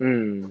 mmhmm